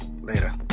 later